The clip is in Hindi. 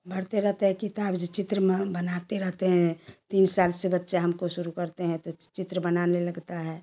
भरते रहते हैं किताब जो चित्र मा बनाते रहते हैं तीन साल से बच्चा हमको शुरू करते हैं तो चित्र बनाने लगता है